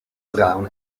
brown